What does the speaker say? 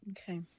Okay